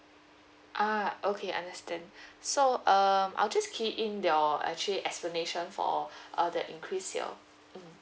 ah okay understand so um I'll just key in your actually explanation for uh the increase your mm